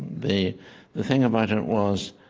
the the thing about it was